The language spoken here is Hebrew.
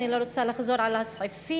אני לא רוצה לחזור על הסעיפים,